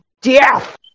death